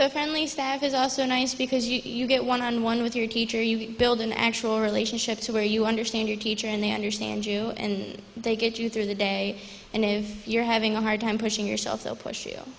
the friendly staff is also nice because you get one on one with your teacher you build an actual relationship to where you understand your teacher and they understand you and they get you through the day and if you're having a hard time pushing yourself